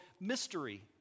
Mystery